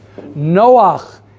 Noach